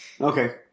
Okay